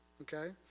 okay